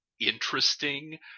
interesting